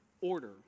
order